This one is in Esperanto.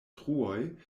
truoj